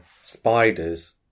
spiders